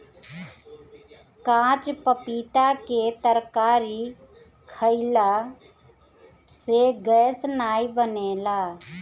काच पपीता के तरकारी खयिला से गैस नाइ बनेला